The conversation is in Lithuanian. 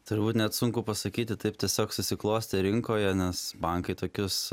turbūt net sunku pasakyti taip tiesiog susiklostė rinkoje nes bankai tokius